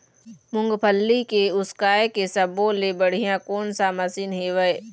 मूंगफली के उसकाय के सब्बो ले बढ़िया कोन सा मशीन हेवय?